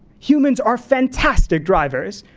humans are fantastic drivers.